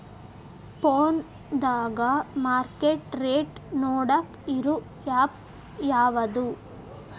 ಫೋನದಾಗ market rate ನೋಡಾಕ್ ಇರು ಆ್ಯಪ್ ಯಾವದು?